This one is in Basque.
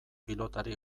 pilotari